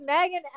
megan